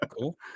Cool